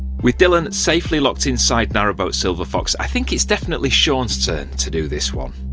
with dillon safely locked inside narrowboat silver fox, i think it's definitely shaun's turn to do this one.